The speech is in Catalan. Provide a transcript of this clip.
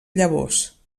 llavors